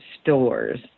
stores